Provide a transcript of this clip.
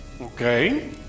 okay